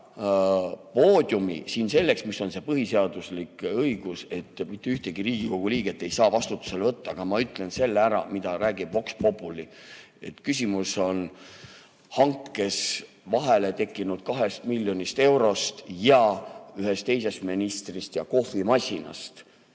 seda poodiumi siin selleks, mis on minu põhiseaduslik õigus, mitte ühtegi Riigikogu liiget ei saa vastutusele võtta. Ma ütlen selle ära, mida räägibvox populi. Küsimus on hankes [üleliia makstud] 2 miljonis euros ja ühes teises ministris ja kohvimasinas.